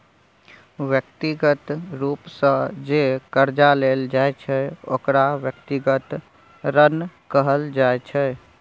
व्यक्तिगत रूप सँ जे करजा लेल जाइ छै ओकरा व्यक्तिगत ऋण कहल जाइ छै